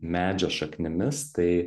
medžio šaknimis tai